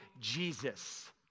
Jesus